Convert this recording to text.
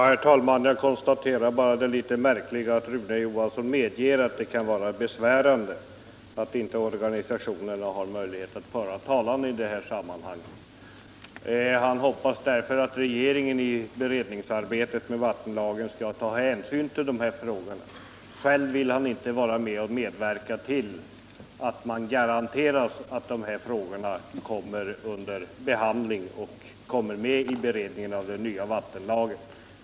Herr talman! Jag konstaterar bara det märkliga i att Rune Johnsson medger att det kan vara besvärande att inte organisationerna har möjlighet att föra talan i det här sammanhanget. Han hoppas därför att regeringen i beredningsarbetet med vattenlagen skall ta hänsyn till dessa frågor. Själv vill han inte medverka till att det garanteras att dessa frågor kommer under behandling i beredningen av den nya vattenlagen.